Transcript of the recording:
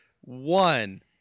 One